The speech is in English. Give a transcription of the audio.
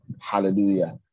Hallelujah